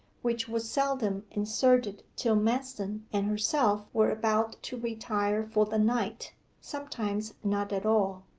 which was seldom inserted till manston and herself were about to retire for the night sometimes not at all.